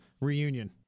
reunion